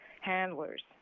handlers